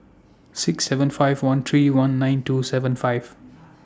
six seven five one three one nine two seven five